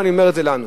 ואני אומר את זה לנו: